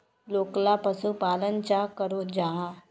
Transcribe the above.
लोकला पशुपालन चाँ करो जाहा?